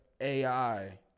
AI